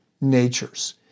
natures